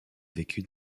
vécu